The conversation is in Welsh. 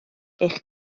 eich